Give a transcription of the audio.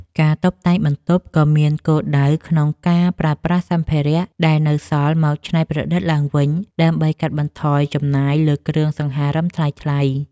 ការតុបតែងបន្ទប់ក៏មានគោលដៅក្នុងការប្រើប្រាស់សម្ភារៈដែលនៅសល់មកច្នៃប្រឌិតឡើងវិញ ដើម្បីកាត់បន្ថយការចំណាយលើគ្រឿងសង្ហារឹមថ្លៃៗ។